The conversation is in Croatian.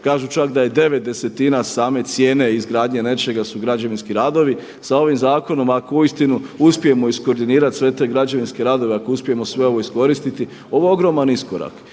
Kažu čak da je 9/10 same cijene izgradnje nečega su građevinski radovi. Sa ovim zakonom ako uistinu uspijemo iskoordinirati sve te građevinske radove, ako uspijemo sve ovo iskoristiti ovo je ogroman iskorak